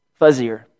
fuzzier